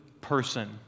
person